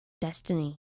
Destiny